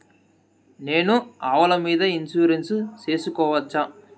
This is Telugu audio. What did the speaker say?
నేను ఆవుల మీద ఇన్సూరెన్సు సేసుకోవచ్చా?